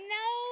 no